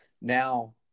now